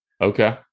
okay